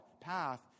path